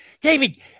David